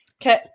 Okay